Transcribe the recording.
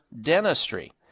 dentistry